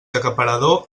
acaparador